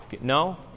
No